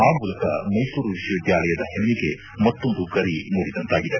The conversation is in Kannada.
ಆ ಮೂಲಕ ಮೈಸೂರು ವಿಶ್ವವಿದ್ಯಾಲಯದ ಹೆಮ್ಮೆಗೆ ಮತ್ತೊಂದು ಗರಿ ಮೂಡಿದಂತಾಗಿದೆ